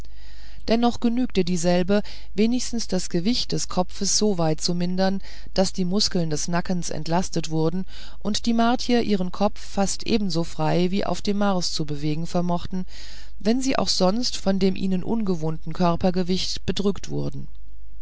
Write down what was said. dennoch genügte dieselbe wenigstens das gewicht des kopfes soweit zu mindern daß die muskeln des nackens entlastet wurden und die martier ihren kopf fast ebenso frei wie auf dem mars zu bewegen vermochten wenn sie auch sonst von dem ihnen ungewohnten körpergewicht bedrückt wurden